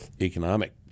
economic